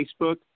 Facebook